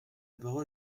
parole